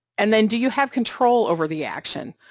and then do you have control over the action?